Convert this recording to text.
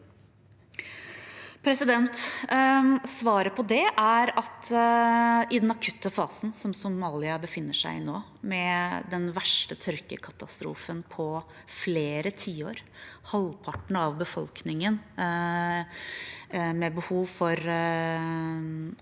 Svaret på det er at i den akutte fasen som So- malia befinner seg i nå – med den verste tørkekatastrofen på flere tiår og halvparten av befolkningen med behov for